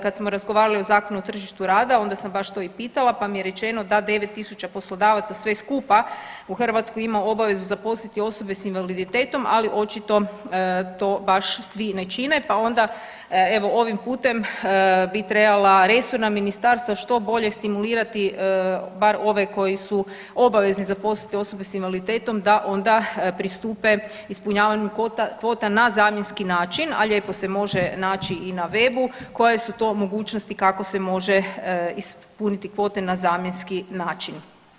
Kad smo razgovarali o Zakonu o tržištu rada onda sam baš to i pitala pa mi je rečeno da 9.000 poslodavaca sve skupa u Hrvatskoj ima obavezu zaposliti osobe s invaliditetom, ali očito to baš svi ne čine pa onda evo ovim putem bi trebala resorna ministarstva što bolje stimulirati bar ove koji su obavezni zaposliti osobe s invaliditetom da onda pristupe ispunjavanju kvota na zamjenski način, a lijepo se može naći i na web-u koje su to mogućnosti kako se može ispuniti kvote na zamjenski način.